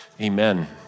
amen